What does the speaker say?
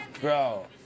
Bro